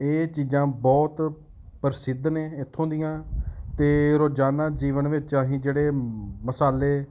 ਇਹ ਚੀਜ਼ਾਂ ਬਹੁਤ ਪ੍ਰਸਿੱਧ ਨੇ ਇੱਥੋਂ ਦੀਆਂ ਅਤੇ ਰੋਜਾਨਾ ਜੀਵਨ ਵਿੱਚ ਅਸੀਂ ਜਿਹੜੇ ਮਸਾਲੇ